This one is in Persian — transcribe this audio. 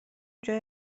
جای